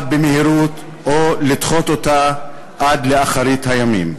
במהירות או לדחות אותה עד לאחרית הימים.